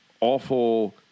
awful